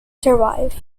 survive